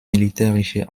militärische